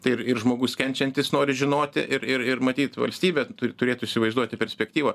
tai ir ir žmogus kenčiantis nori žinoti ir ir ir matyt valstybė turi turėtų įsivaizduoti perspektyvą